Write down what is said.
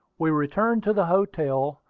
we returned to the hotel,